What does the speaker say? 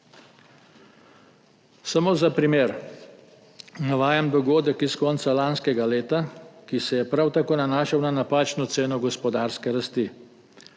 Samo za primer navajam dogodek iz konca lanskega leta, ki se je prav tako nanašal na napačno oceno gospodarske rasti.